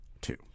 Two